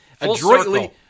adroitly